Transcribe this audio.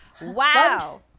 wow